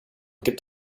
gibt